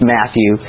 Matthew